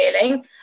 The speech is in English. feeling